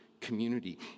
community